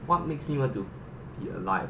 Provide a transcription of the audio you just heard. what makes me want to be alive ah